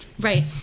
right